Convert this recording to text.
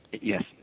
Yes